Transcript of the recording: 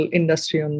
industry